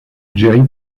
jerry